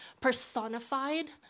personified